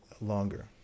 longer